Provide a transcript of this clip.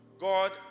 God